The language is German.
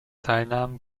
teilnahmen